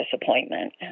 disappointment